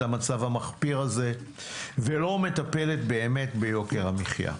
המצב המחפיר הזה ולא מטפלת באמת ביוקר המחיה.